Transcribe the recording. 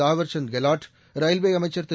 Thaawarchand Gehlot railway அமைச்சர் திரு